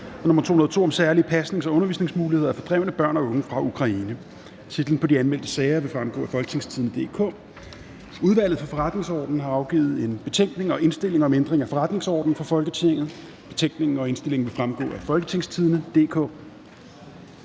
(Særlige pasnings- og undervisningsmuligheder af fordrevne børn og unge fra Ukraine)). Titler på de anmeldte sager vil fremgå af www.folketingstidende.dk (jf. ovenfor). Udvalget for Forretningsordenen har afgivet: Betænkning og indstilling om ændring af forretningsordenen for Folketinget. (Justering af rammerne for opfølgning